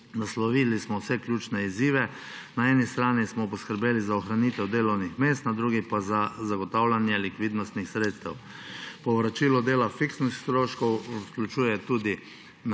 Naslovili smo vse ključne izzive. Na eni strani smo poskrbeli za ohranitev delovnih mest, na drugi pa za zagotavljanje likvidnostnih sredstev. Povračilo dela fiksnih stroškov vključuje tudi